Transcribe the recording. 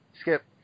Skip